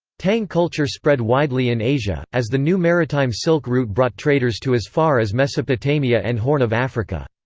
tang culture spread widely in asia, as the new maritime silk route brought traders to as far as mesopotamia and horn of africa.